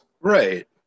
Right